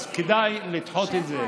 אז כדאי לדחות את זה.